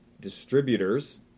distributors